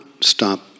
stop